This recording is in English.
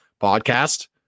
podcast